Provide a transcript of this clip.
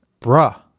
bruh